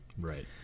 Right